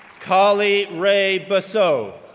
karley rae bussow,